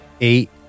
eight